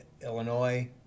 Illinois